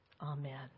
Amen